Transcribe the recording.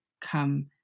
come